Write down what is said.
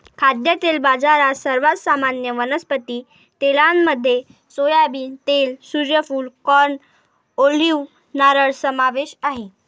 खाद्यतेल बाजारात, सर्वात सामान्य वनस्पती तेलांमध्ये सोयाबीन तेल, सूर्यफूल, कॉर्न, ऑलिव्ह, नारळ समावेश आहे